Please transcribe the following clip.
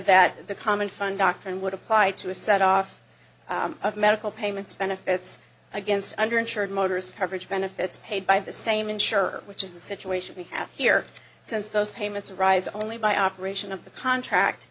that the common fund doctrine would apply to a set off of medical payments benefits against under insured motorists coverage benefits paid by the same insurer which is the situation we have here since those payments arise only by operation of the contract